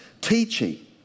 teaching